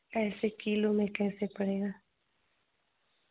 ऐसे किलो में कैसे पड़ेगा